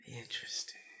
Interesting